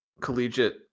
collegiate